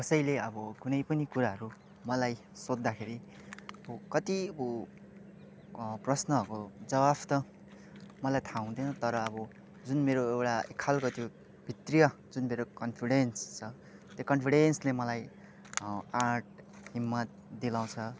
कसैले अब कुनै पनि कुराहरू मलाई सोद्धाखेरि कतिको प्रश्नहरूको जवाफ त मलाई थाहा हुँदैन तर अब जुन मेरो एउटा एकखालको त्यो भित्रिया जुन मेरो कन्फिडेन्स छ त्यो कन्फिडेन्सले मलाई आँट हिम्मत दिलाउँछ